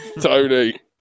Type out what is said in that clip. Tony